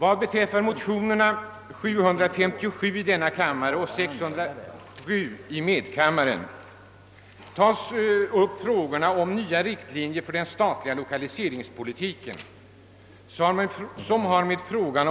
Herr talman! Jag ber att få yrka bifall till utskottets hemställan.